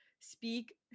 speak